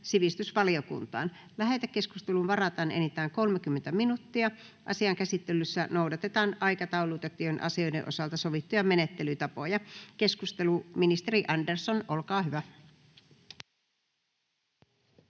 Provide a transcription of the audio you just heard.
sivistysvaliokuntaan. Lähetekeskusteluun varataan enintään 30 minuuttia. Asian käsittelyssä noudatetaan aikataulutettujen asioiden osalta sovittuja menettelytapoja. — Keskustelu, ministeri Andersson, olkaa hyvä.